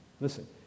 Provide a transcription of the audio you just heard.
Listen